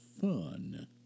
fun